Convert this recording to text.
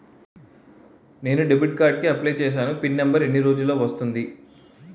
నా debit card కి apply చూసాను పిన్ నంబర్ ఎన్ని రోజుల్లో వస్తుంది?